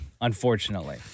unfortunately